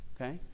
Okay